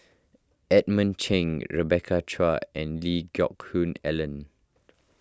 Edmund Cheng Rebecca Chua and Lee Geck Hoon Ellen